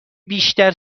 بیشتر